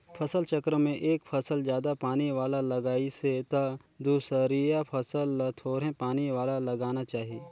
फसल चक्र में एक फसल जादा पानी वाला लगाइसे त दूसरइया फसल ल थोरहें पानी वाला लगाना चाही